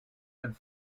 and